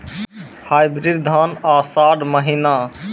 Hybrid धान आषाढ़ महीना?